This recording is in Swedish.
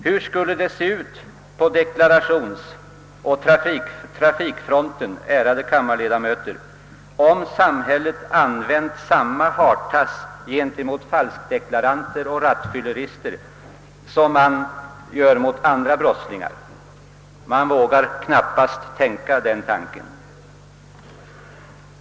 Hur skulle det se ut på deklarationsoch trafikfronten, ärade kammarledamöter, om samhället strukit över med hartassen även när det gällt falskdeklaranter och rattfyllerister? Man vågar knappast tänka tanken.